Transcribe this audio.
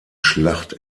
schlacht